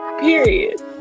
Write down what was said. period